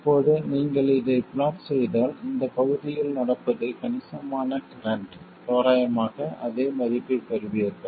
இப்போது நீங்கள் இதை பிளாட் செய்தால் இந்த பகுதியில் நடப்பது கணிசமான கரண்ட் தோராயமாக அதே மதிப்பைப் பெறுவீர்கள்